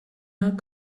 not